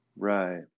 Right